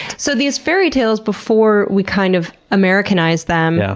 so these fairytales before we, kind of, americanized them,